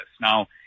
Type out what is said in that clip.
Now